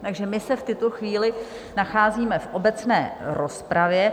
Takže my se v tuto chvíli nacházíme v obecné rozpravě.